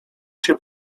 się